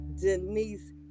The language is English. Denise